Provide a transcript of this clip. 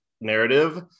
narrative